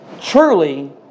truly